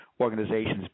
organizations